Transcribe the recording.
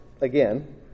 again